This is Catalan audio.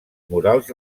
murals